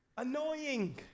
annoying